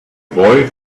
boy